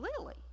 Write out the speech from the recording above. Lily